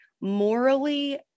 morally